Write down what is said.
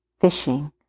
fishing